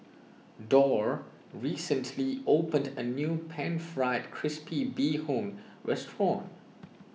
Dorr recently opened a new Pan Fried Crispy Bee Hoon restaurant